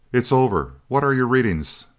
it's over. what are your readings?